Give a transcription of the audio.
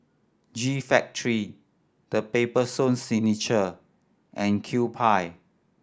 G Factory The Paper Stone Signature and Kewpie